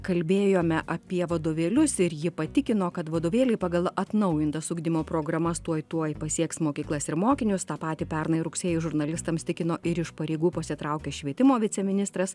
kalbėjome apie vadovėlius ir ji patikino kad vadovėliai pagal atnaujintas ugdymo programas tuoj tuoj pasieks mokyklas ir mokinius tą patį pernai rugsėjį žurnalistams tikino ir iš pareigų pasitraukė švietimo viceministras